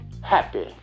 happy